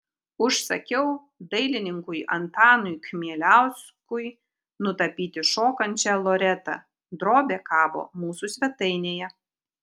užsakiau dailininkui antanui kmieliauskui nutapyti šokančią loretą drobė kabo mūsų svetainėje